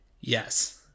Yes